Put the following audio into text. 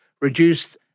reduced